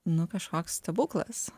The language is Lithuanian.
nu kažkoks stebuklas